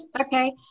Okay